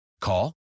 Call